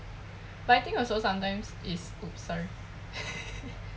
but I think also sometimes is !oops! sorry